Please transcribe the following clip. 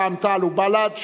רע"ם-תע"ל ובל"ד,